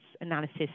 analysis